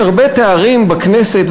יש הרבה תארים בכנסת,